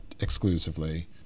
exclusively